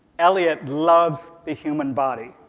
elliot loves the human body,